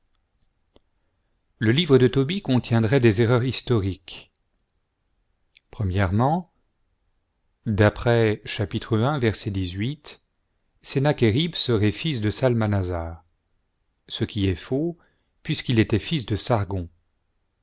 le livre de tobie contiendrait des erreurs historiques d'après i sennachérib serait fils de salmanasar ce qui est faux puisqu'il était fils de sargon